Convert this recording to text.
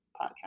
podcast